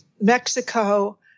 Mexico